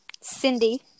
Cindy